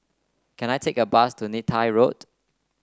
can I take a bus to Neythai Road